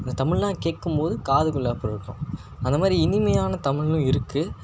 அந்த தமிழ்லாம் கேட்கும் போது காதுக்குள்ள அப்படி இருக்கும் அந்த மாதிரி இனிமையான தமிழும் இருக்குது